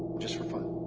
just for fun.